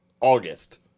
August